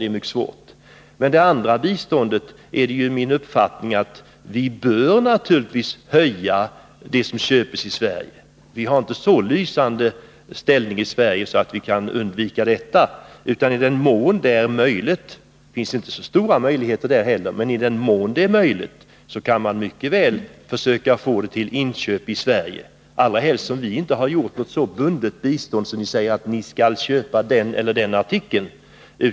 Men när det gäller bilateralt bistånd är det min uppfattning att den del som köps i Sverige bör öka. Vår ekonomiska ställning är inte så lysande att vi kan avstå från det, utan i den mån det är möjligt — det finns inte heller så stora möjligheter när det gäller det bilaterala biståndet — kan vi mycket väl försöka få biståndet att avse inköp i Sverige, allra helst som vårt bistånd inte är så hårt bundet att mottagarländerna måste köpa den eller den artikeln.